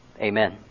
Amen